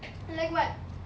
like what